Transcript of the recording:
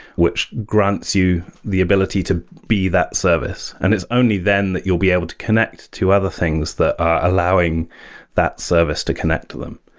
which grants you the ability to be that service, and it's only then that you'll be able to connect to other things that are allowing that service to connect to them.